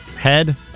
head